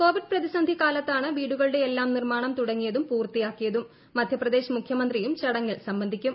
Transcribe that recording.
Covid പ്രതിസന്ധി കാലത്താണ് വീടുകളുടെയെല്ലാം നിർമാണം തുടങ്ങിയതും പൂർത്തിയാക്കിയതും മധ്യപ്രദേശ് മുഖ്യമന്ത്രിയും ചടങ്ങിൽ സംബന്ധിക്കും